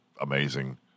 amazing